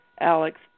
Alex